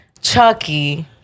Chucky